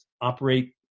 operate –